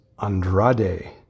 Andrade